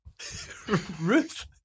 Ruth